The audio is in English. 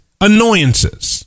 annoyances